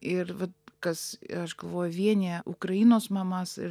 ir va kas aš galvoju vienija ukrainos mamas ir